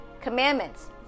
Commandments